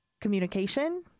communication